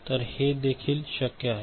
तर हे देखील शक्य आहे